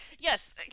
Yes